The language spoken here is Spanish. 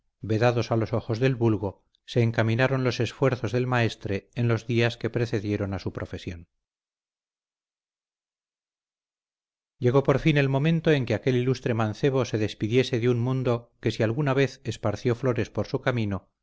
vedados a los ojos del vulgo se encaminaron los esfuerzos del maestre en los días que precedieron a su profesión llegó por fin el momento en que aquel ilustre mancebo se despidiese de un mundo que si alguna vez esparció flores por su camino